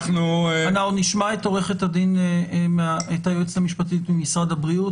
נשמע את היועצת המשפטית ממשרד הבריאות,